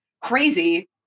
crazy